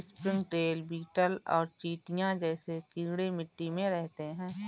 springtail, beetle और चींटियां जैसे कीड़े मिट्टी में रहते हैं